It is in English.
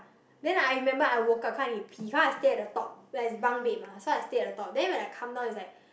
then I remember I woke up cause need to pee stay at the top where it's bunk bed mah so I stay at the top then when I come down it's like